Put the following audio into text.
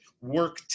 work